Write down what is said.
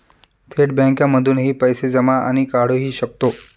थेट बँकांमधूनही पैसे जमा आणि काढुहि शकतो